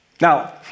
Now